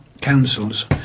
Councils